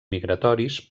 migratoris